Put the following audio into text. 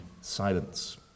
silence